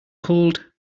cold